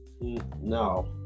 No